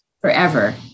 forever